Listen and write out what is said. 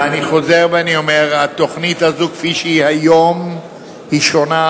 ואני חוזר ואני אומר: התוכנית הזאת כפי שהיא היום היא שונה,